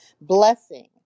blessing